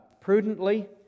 prudently